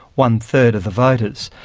one-third of the voters.